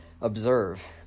observe